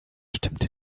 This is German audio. stimmte